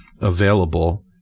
available